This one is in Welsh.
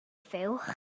fuwch